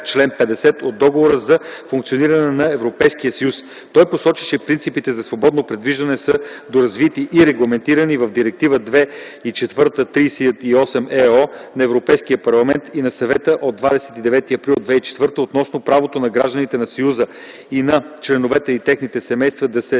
чл. 50 от Договора за функциониране на Европейския съюз. Той посочи, че принципите за свободно придвижване са доразвити и регламентирани в Директива 2004/38/ЕО на Европейския парламент и на Съвета от 29 април 2004 г. относно правото на гражданите на Съюза и на членовете на техните семейства да се